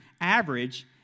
Average